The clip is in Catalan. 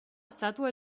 estàtua